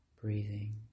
breathing